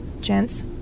Gents